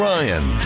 Ryan